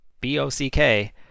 B-O-C-K